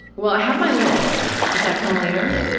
well, have my list. does that come later?